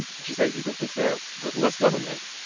she says you can fix that with less government.